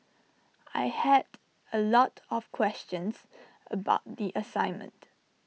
I had A lot of questions about the assignment